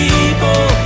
People